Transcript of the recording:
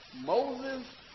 Moses